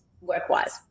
work-wise